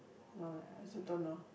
no lah I also don't know